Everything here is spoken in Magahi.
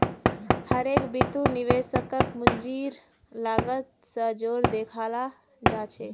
हर एक बितु निवेशकक पूंजीर लागत स जोर देखाला जा छेक